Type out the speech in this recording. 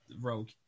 rogue